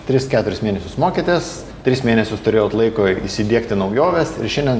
tris keturis mėnesius mokėtės tris mėnesius turėjot laiko įsidiegti naujoves ir šiandien